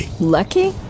Lucky